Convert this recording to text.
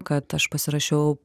kad aš pasirašiau